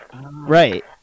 Right